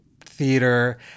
theater